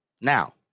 Now